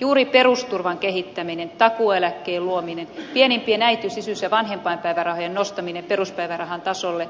juuri perusturvan kehittäminen takuueläkkeen luominen pienimpien äitiys isyys ja vanhempainpäivärahojen nostaminen peruspäivärahan tasolle